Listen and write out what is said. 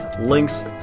links